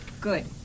good